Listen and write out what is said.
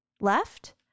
left